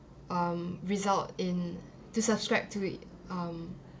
um result in to subscribe to it um